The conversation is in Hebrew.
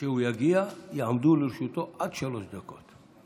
כשהוא יגיע יעמדו לרשותו עד שלוש דקות.